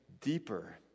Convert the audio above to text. deeper